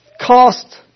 cost